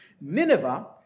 Nineveh